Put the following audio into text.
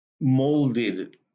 molded